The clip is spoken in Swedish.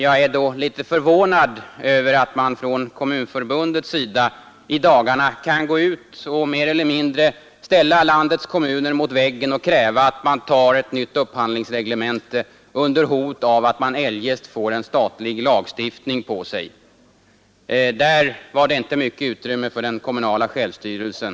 Jag är därför litet förvånad över att Kommunförbundet i dagarna mer eller mindre ställt landets kommuner mot väggen och krävt att de skall anta ett nytt upphandlingsreglemente, under hot av att de eljest får en statlig lagstiftning på sig. Där var det inte mycket utrymme för den kommunala självstyrelsen.